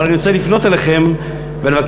אבל אני רוצה לפנות אליכם ולבקש,